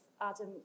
adam